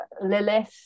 Lilith